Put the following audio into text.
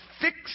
Fix